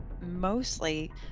Mostly